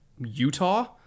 Utah